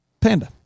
Panda